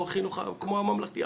כמו הממלכתי.